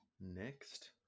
Next